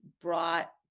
brought